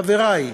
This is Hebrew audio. חברי,